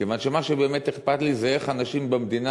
כיוון שמה שבאמת אכפת לי זה איך אנשים במדינה